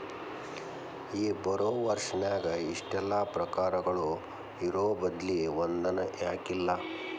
ಈ ಬಾರೊವರ್ಸ್ ನ್ಯಾಗ ಇಷ್ಟೆಲಾ ಪ್ರಕಾರಗಳು ಇರೊಬದ್ಲಿ ಒಂದನ ಯಾಕಿಲ್ಲಾ?